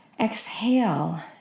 Exhale